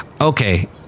Okay